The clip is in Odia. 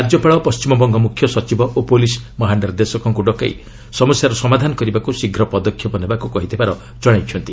ରାଜ୍ୟପାଳ ପଣ୍ଟିମବଙ୍ଗ ମୁଖ୍ୟ ସଚିବ ଓ ପୁଲିସ୍ ମହାନିର୍ଦ୍ଦେଶକଙ୍କୁ ଡକାଇ ସମସ୍ୟାର ସମାଧାନ କରିବାକୁ ଶୀଘ୍ର ପଦକ୍ଷେପ ନେବାକୁ କହିଥିବାର ଜଣାଇଛନ୍ତି